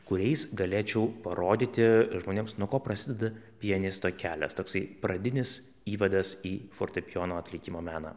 kuriais galėčiau parodyti žmonėms nuo ko prasideda pianisto kelias toksai pradinis įvadas į fortepijono atlikimo meną